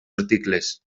articles